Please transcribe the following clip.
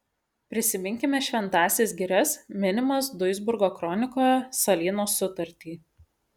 prisiminkime šventąsias girias minimas duisburgo kronikoje salyno sutartį